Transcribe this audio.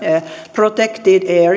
protected